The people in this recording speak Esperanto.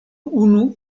unu